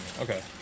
Okay